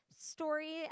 story